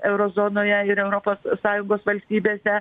euro zonoje ir europos sąjungos valstybėse